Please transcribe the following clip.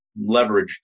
leveraged